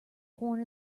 horn